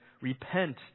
Repent